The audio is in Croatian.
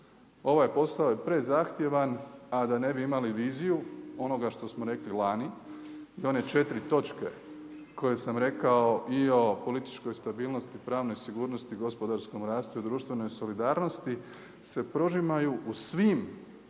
Ovaj posao je prezahtjevan a da ne bi imali viziju onoga što smo rekli lani, to je one 4. točke koje sam rekao i o političkoj stabilnosti, pravnoj sigurnosti i gospodarskom rastu i društvenoj solidarnosti se prožimaju u svim